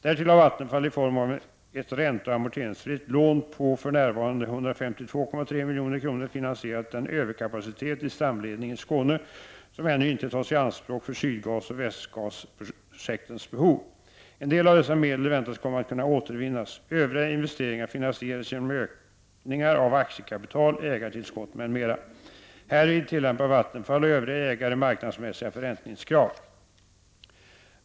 Därtill har Vattenfall i form av ett ränteoch amorteringsfritt lån på för närvarande 152,3 milj.kr. finansierat den överkapacitet i stamledningen i Skåne som ännu inte tas i anspråk för Sydgasoch Västgasprojektens behov. En del av dessa medel väntas komma att kunna återvinnas. Övriga investeringar finansieras genom ökningar av aktiekapital, ägartillskott m.m. Härvid tillämpar Vattenfall och övriga ägare marknadsmässiga förräntningskrav.